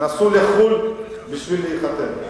נסעו לחוץ-לארץ בשביל להתחתן.